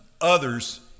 others